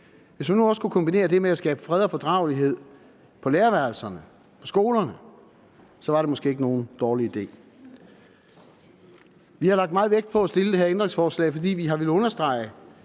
Hvis man nu også kunne kombinere det med at skabe fred og fordragelighed på lærerværelserne, på skolerne, var det måske ikke nogen dårlig idé. Vi har lagt meget vægt på at stille det her ændringsforslag, fordi vi har villet understrege,